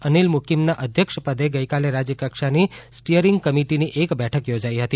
અનિલ મુકીમના અધ્યક્ષપદે ગઈકાલે રાજ્યકક્ષાની સ્ટીયરીંગ કમિટિની એક બેઠક યોજાઇ હતી